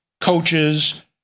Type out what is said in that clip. coaches